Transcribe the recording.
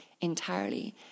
entirely